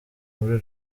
muri